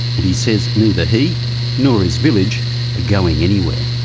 and he says neither he nor his village are going anywhere.